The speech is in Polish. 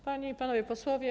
Panie i Panowie Posłowie!